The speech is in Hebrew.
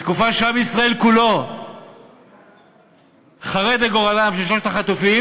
בתקופה שעם ישראל כולו חרד לגורלם של שלושת החטופים,